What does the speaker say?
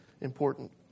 important